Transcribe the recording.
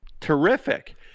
Terrific